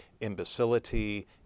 imbecility